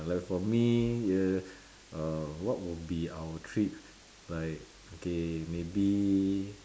like for me yeah uh what would be our treat like okay maybe